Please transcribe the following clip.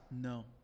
No